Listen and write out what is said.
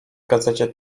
gazecie